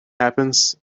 happens